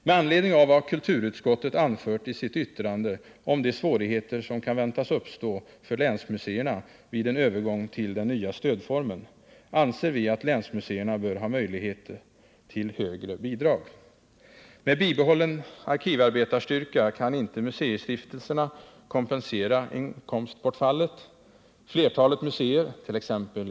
Med anledning av vad kulturutskottet anfört i sitt yttrande om de svårigheter som kan väntas uppstå för länsmuseerna vid en övergång till den nya stödformen, anser vi att länsrauseerna bör ha möjlighet till högre Med bibehållen arkivarbetarstyrka kan inte museistiftelserna kompensera inkomstbortfallet. Flertalet museer,t.ex.